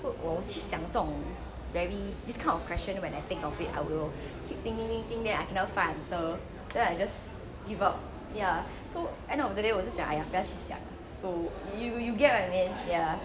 but 我我去想这种 very this kind of question when I think of it I will keep think think think think then I cannot find answer then I just give up ya so end of the day 我就想 !aiya! 不要去想 lah so you you get what I mean ya